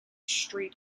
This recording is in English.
street